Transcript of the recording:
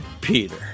Peter